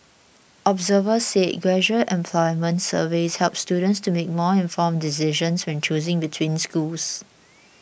observers said graduate employment surveys help students to make more informed decisions when choosing between schools